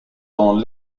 dans